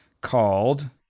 called